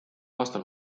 aastal